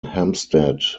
hampstead